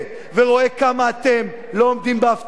ורואה כמה אתם לא עומדים בהבטחות,